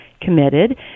committed